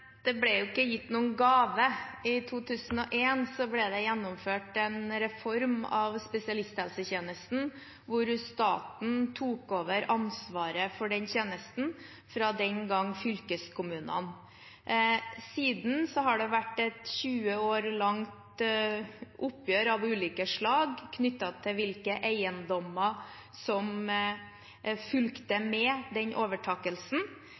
Det ble ikke gitt noen gave. I 2001 ble det gjennomført en reform av spesialisthelsetjenesten, hvor staten tok over ansvaret for den tjenesten fra fylkeskommunene. Siden har det vært et 20 år langt oppgjør av ulike slag knyttet til hvilke eiendommer som fulgte med den overtakelsen.